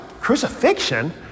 Crucifixion